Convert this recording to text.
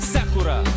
Sakura